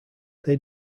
they